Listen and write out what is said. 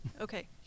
Okay